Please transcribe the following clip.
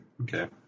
Okay